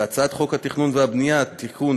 והצעת חוק התכנון והבנייה (תיקון,